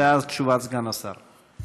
ואז תשובת סגן השר.